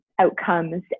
outcomes